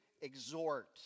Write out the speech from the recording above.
exhort